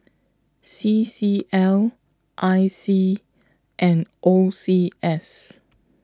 C C L I C and O C S